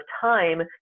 time